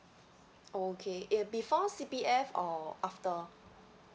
okay it before C_P_F or after